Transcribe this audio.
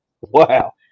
wow